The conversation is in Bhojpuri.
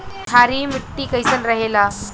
क्षारीय मिट्टी कईसन रहेला?